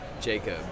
Jacob